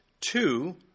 Two